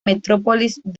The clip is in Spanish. metrópolis